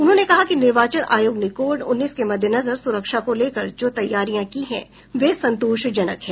उन्होंने कहा कि निर्वाचन आयोग ने कोविड उन्नीस के मद्देनजर सुरक्षा को लेकर जो तैयारियां की है वे संतोषजनक है